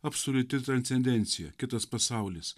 absoliuti transcendencija kitas pasaulis